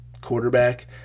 quarterback